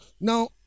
Now